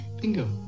Bingo